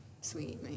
sweet